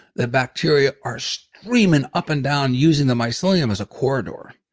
the bacteria are screaming up and down using the mycelium as a corridor.